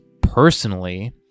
personally